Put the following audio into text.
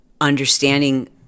understanding